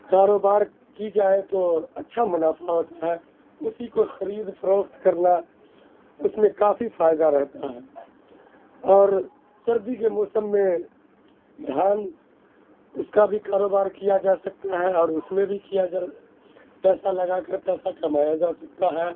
کاروبار کی جائے تو اچھا منافع ہوتا ہے اسی کو خرید و فروخت کرنا اس میں کافی فائدہ رہتا ہے اور سردی کے موسم میں دھان اس کا بھی کاروبار کیا جا سکتا ہے اور اس میں بھی کیا جا پیسہ لگا کر پیسہ کمایا جا سکتا ہے